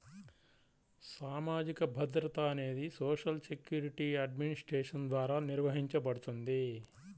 సామాజిక భద్రత అనేది సోషల్ సెక్యూరిటీ అడ్మినిస్ట్రేషన్ ద్వారా నిర్వహించబడుతుంది